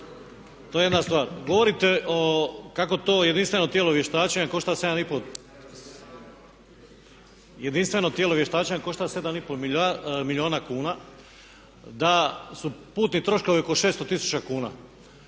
tijelo vještačenja košta 7,5, jedinstveno tijelo vještačenja košta 7,5 milijuna kuna, da su putni troškovi oko 600 tisuća kuna.